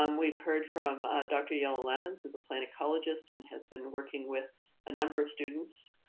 um we've heard from dr. aiello-lammens, who's a plant ecologist and has been working with a number of students.